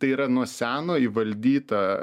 tai yra nuo seno įvaldyta